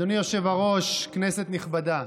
אדוני היושב בראש, כנסת נכבדה,